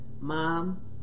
mom